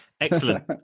Excellent